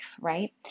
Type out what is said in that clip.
right